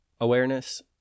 awareness